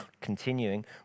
continuing